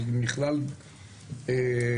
על מכלול גווניה.